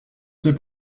sait